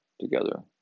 together